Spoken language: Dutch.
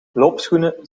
loopschoenen